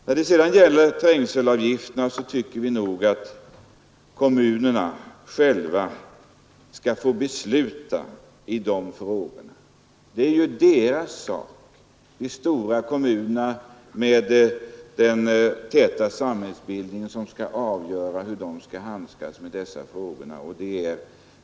När det sedan gäller trängselavgifterna tycker vi att kommunerna själva skall få besluta i dessa frågor. Det är ju de stora kommunerna med de täta samhällsbildningarna som har besvären av den täta trafiken.